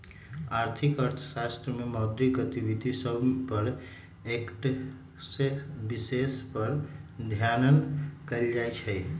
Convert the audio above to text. आर्थिक अर्थशास्त्र में मौद्रिक गतिविधि सभ पर एकटक्केँ विषय पर अध्ययन कएल जाइ छइ